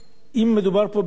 שהיא קבוצה עבריינית,